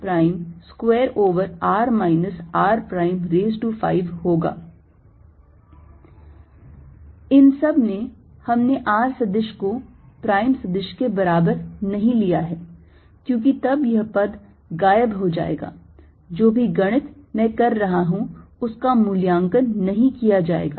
Ey∂yq4π01r r3 3y y2r r5 Ez∂zq4π01r r3 3z z2r r5 इन सब में हमने r सदिश को prime प्राइम सदिश के बराबर नहीं लिया है क्योंकि तब यह पद गायब हो जाएगा जो भी गणित मैं कर रहा हूं उसका मूल्यांकन नहीं किया जाएगा